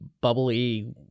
bubbly